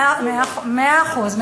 מאה אחוז,